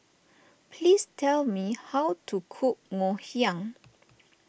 please tell me how to cook Ngoh Hiang